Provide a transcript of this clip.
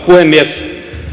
puhemies